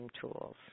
tools